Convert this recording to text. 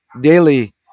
daily